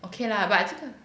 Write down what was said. okay lah but 这个